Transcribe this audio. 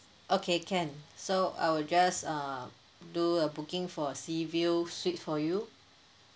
okay can so I will just uh do a booking for sea view suite for you